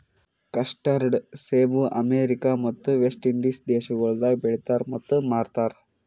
custard ಸೇಬ America ಮತ್ತ West Indies ದೇಶಗೊಳ್ದಾಗ್ ಬೆಳಿತಾರ್ ಮತ್ತ ಮಾರ್ತಾರ್